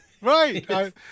Right